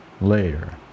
later